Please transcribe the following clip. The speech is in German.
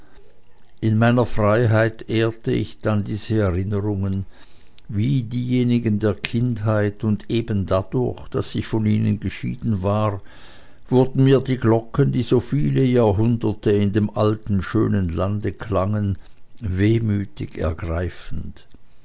in meiner freiheit ehrte ich dann diese erinnerungen wie diejenigen der kindheit und eben dadurch daß ich von ihnen geschieden war wurden mir die glocken die so viele jahrhunderte in dem alten schönen lande klangen wehmütig ergreifend